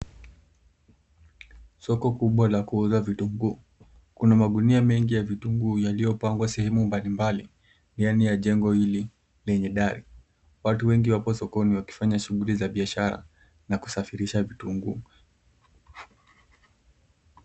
Soko kubwa la kuuza vitunguu. Kuna magunia mengi ya vitunguu yaliyopangwa sehemu mbalimbali ndani ya jengo hili lenye dari. Watu wengi wapo sokoni wakifanya shughuli za biashara na kusafirisha vitunguu.